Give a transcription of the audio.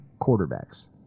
quarterbacks